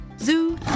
Zoo